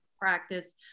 practice